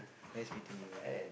nice meeting you